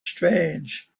strange